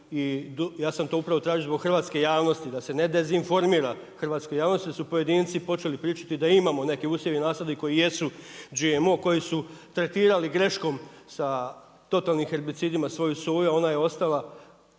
Ja sam to upravo tražio zbog hrvatske javnosti, da se ne dezinformira hrvatsku javnost jer su pojedinci počeli pričati da imamo neke usjeve i nasade koji jesu GMO, koje su tretirali greškom sa totalnim herbicidima svoju soju, a ona je ostala